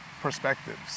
perspectives